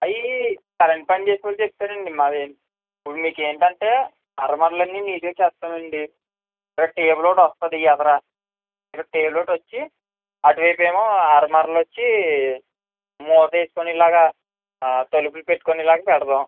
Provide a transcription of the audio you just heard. అవీ కరెంట్ పని చేసేవాళ్ళు చెప్తారండి మరి ఇప్పుడు మీకు ఏంటంటే అరమార్లన్నీ నీట్గా చేస్తామండి ఇక్కడ టేబుల్ ఒకటి వస్తుంది ఈ ఎదర ఇక్కడ టేబుల్ ఒకటి వచ్చి అటువైపేమో అరమార్లు వచ్చి మూత వేసుకునేలాగా తలుపులు పెట్టుకునేలాగా పెడదాం